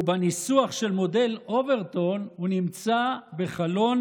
או בניסוח של מודל אוברטון, הוא נמצא בחלון